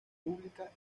pública